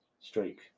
streak